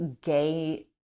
gay